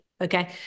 okay